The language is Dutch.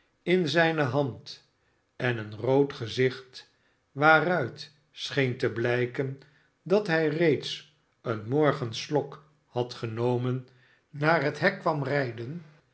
in zijne hand en een rood gezicht waaruit scheen te bhjken dat hij reeds een morgenslok had genomen naar het hek kwam rijden